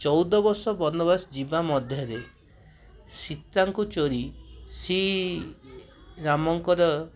ଚଉଦବର୍ଷ ବନବାସ ଯିବା ମଧ୍ୟରେ ସୀତାଙ୍କୁ ଚୋରି ଶ୍ରୀରାମଙ୍କର